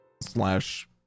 slash